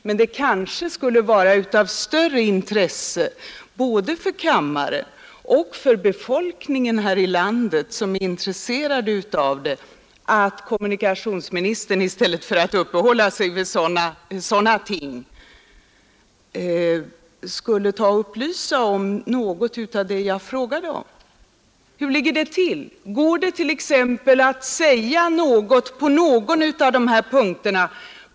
Men det kanske skulle vara av större värde både för kammaren och för befolkningen ilandet, som är intresserad av detta, att kommunikationsministern i stället för att uppehålla sig vid ett eventuellt misstag i en detalj upplyste om något av det jag frågade om. Hur ligger det till? Går det t.ex. att säga något på någon av dessa punkter?